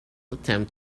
attempt